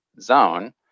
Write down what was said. zone